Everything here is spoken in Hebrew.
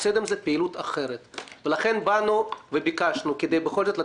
כי אנשים צריכים לקבל סדנאות טרום סוכרת.